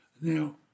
Now